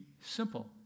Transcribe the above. simple